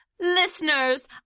Listeners